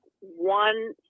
one